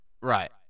Right